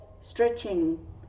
stretching